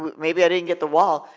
maybe i didn't get the wall,